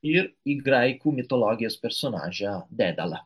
ir į graikų mitologijos personažą dedalą